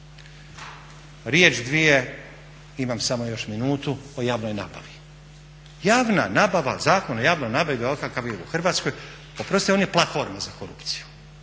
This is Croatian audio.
Riječ dvije, imam samo još minutu o javnoj nabavi. Javna nabava, Zakon o javnoj nabavi ovakav kakav je u Hrvatskoj, oprostite on je platforma za korupciju.